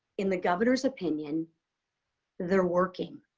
in the governor's opinion they're working.